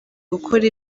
gukora